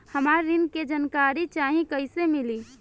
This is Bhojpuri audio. हमरा ऋण के जानकारी चाही कइसे मिली?